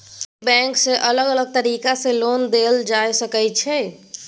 ई bank सँ अलग अलग तरीका सँ लोन देल जाए सकै छै